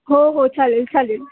हो हो चालेल चालेल